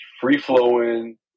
free-flowing